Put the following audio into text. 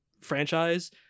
franchise